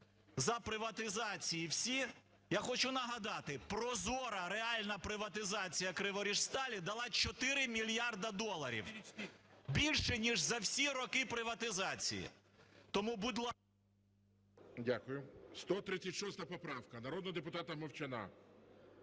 за приватизації всі. Я хочу нагадати, прозора реальна приватизація Криворіжсталі дала 4 мільярди доларів, більше, ніж за всі роки приватизації. Тому, будь ласка... ГОЛОВУЮЧИЙ. Дякую. 136 поправка народного депутата Мовчана.